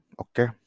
Okay